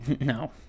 No